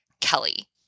Kelly